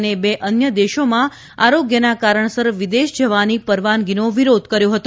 અને બે અન્ય દેશોમાં આરોગ્યના કારણસર વિદેશ જવાની પરવાનગીનો વિરોધ કર્યો હતો